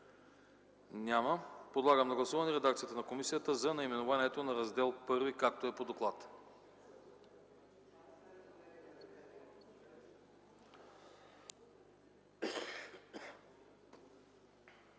Няма. Подлагам на гласуване редакцията на комисията за наименованието на Раздел І, както е по доклада.